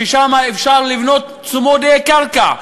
ששם אפשר לבנות צמודי קרקע,